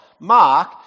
Mark